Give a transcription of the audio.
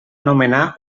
nomenar